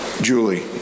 Julie